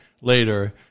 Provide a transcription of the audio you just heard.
later